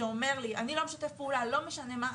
שאומר לי שהוא לא משתף פעולה לא משנה מה,